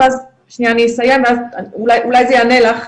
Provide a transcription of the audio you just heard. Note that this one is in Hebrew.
שנייה, אני אסיים להסביר ואולי זה יענה לך.